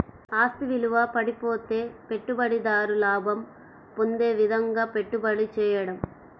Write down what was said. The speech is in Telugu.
ఆస్తి విలువ పడిపోతే పెట్టుబడిదారు లాభం పొందే విధంగాపెట్టుబడి చేయడం